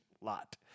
lot